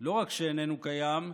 לא רק שאיננו קיים,